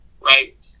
right